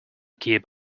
keep